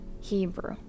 Hebrew